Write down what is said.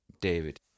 David